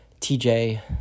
TJ